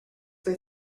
they